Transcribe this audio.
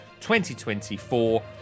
2024